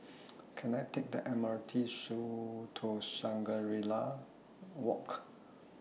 Can I Take The M R T to Shangri La Walk